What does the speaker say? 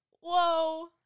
Whoa